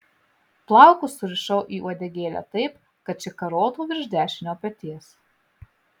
plaukus surišau į uodegėlę taip kad ši karotų virš dešinio peties